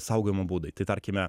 saugojimo būdai tai tarkime